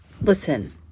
Listen